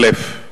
א.